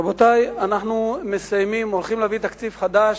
רבותי, אנחנו מסיימים, הולכים להביא תקציב חדש,